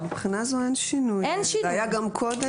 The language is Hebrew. מהבחינה הזו אין שינוי, זה היה גם קודם.